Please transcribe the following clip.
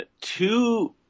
two